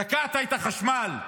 תקעת את החשמל,